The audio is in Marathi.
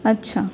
अच्छा